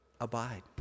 Abide